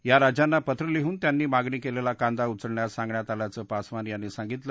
या राज्यांना पत्र लिहून त्यांनी मागणी केलेला कांदा उचलण्यास सांगण्यात आल्याचं पासवान यांनी सांगीतलं